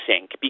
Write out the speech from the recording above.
sink